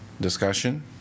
Discussion